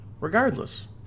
Regardless